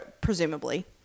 presumably